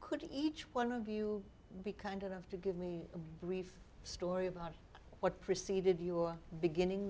could each one of you be kind enough to give me a brief story about what preceded your beginning